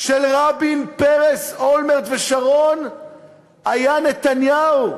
של רבין, פרס, אולמרט ושרון היה נתניהו,